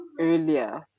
earlier